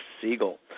Siegel